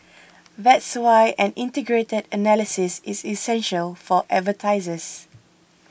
that's why an integrated analysis is essential for advertisers